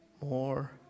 more